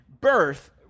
birth